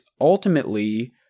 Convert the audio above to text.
ultimately